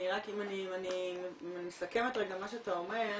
אם אני מסכמת מה שאתה אומר,